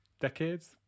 Decades